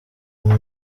nda